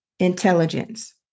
intelligence